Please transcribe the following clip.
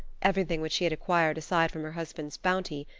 everything which she had acquired aside from her husband's bounty,